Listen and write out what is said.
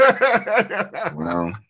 Wow